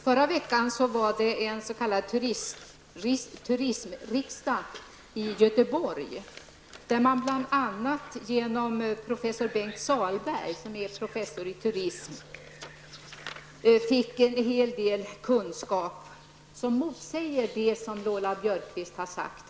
Förra veckan hölls en s.k. turismriksdag i Göteborg, där man bl.a. genom professor Bengt Sahlberg, som är professor i turism, fick en hel del kunskap som motsäger det som Lola Björkquist här har sagt.